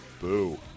Boo